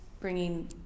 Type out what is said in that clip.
bringing